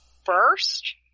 first